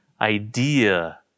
idea